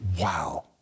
Wow